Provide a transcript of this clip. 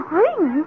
ring